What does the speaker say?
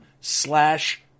slash